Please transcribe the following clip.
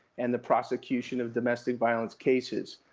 and the prosecution of domestic violence cases.